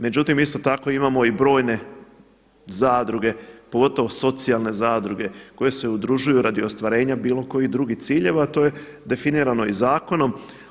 Međutim isto tako imamo i brojne zadruge, pogotovo socijalne zadruge koje se udružuju radi ostvarenja bilo kojih drugih ciljeva a to je definirano i zakonom.